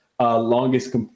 longest